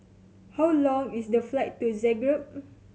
how long is the flight to Zagreb